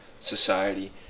society